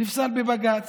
זה נפסל בבג"ץ